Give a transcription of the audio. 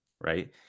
right